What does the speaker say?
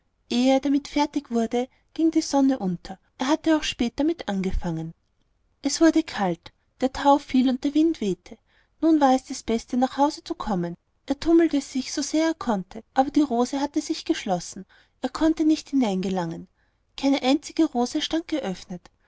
er damit fertig wurde ging die sonne unter er hatte auch spät damit angefangen es wurde kalt der tau fiel und der wind wehte nun war es das beste nach hause zu kommen er tummelte sich so sehr er konnte aber die rose hatte sich geschlossen er konnte nicht hineingelangen keine einzige rose stand geöffnet